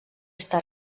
està